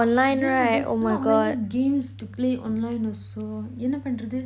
then there's not many games to play online also என்ன பண்றது:enna panrathu